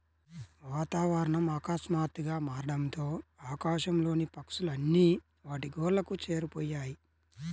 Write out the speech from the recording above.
వాతావరణం ఆకస్మాతుగ్గా మారడంతో ఆకాశం లోని పక్షులు అన్ని వాటి గూళ్లకు చేరిపొయ్యాయి